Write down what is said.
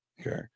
Okay